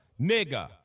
nigga